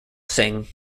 sing